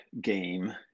game